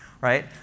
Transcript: right